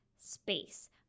space